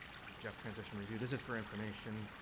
this is gef transition review. this is for information.